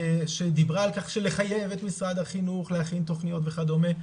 שדיברה על לחייב את משרד החינוך להכין תוכניות וכדומה.